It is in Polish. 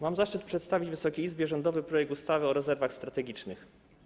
Mam zaszczyt przedstawić Wysokiej Izbie rządowy projekt ustawy o rezerwach strategicznych.